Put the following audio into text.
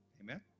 amen